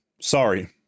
sorry